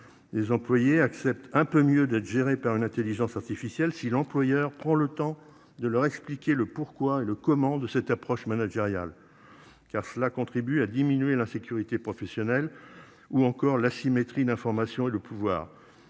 Les employés accepte un peu mieux d'être gérée par une Intelligence artificielle. Si l'employeur prend le temps de leur expliquer le pourquoi et le comment de cette approche managériale. Car cela contribue à diminuer l'insécurité professionnelle ou encore l'asymétrie d'information et le pouvoir.